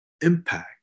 impact